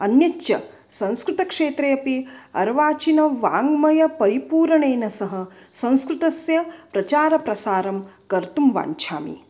अन्यच्च संस्कृतक्षेत्रे अपि अर्वाचीनवाङ्मयपरिपूरणेन सह संस्कृतस्य प्रचारप्रसारं कर्तुं वाञ्छामि